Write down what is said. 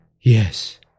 Yes